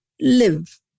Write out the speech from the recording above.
live